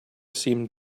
seemed